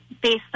based